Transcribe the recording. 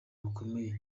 rukomeye